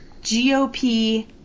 GOP